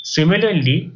Similarly